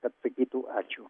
kad sakytų ačiū